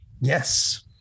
yes